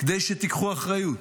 כדי שתיקחו אחריות?